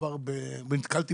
ונתקלתי